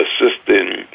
assisting